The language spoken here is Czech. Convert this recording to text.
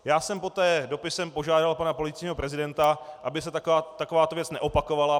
Já jsem poté dopisem požádal pana policejního prezidenta, aby se takováto věc neopakovala.